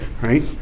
right